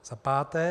Za páté.